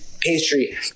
pastry